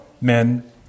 men